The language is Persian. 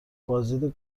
بازدید